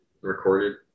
recorded